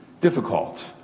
difficult